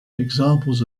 examples